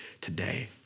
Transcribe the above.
today